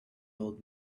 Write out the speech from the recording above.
old